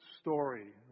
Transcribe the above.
story